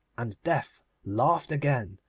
and death laughed again,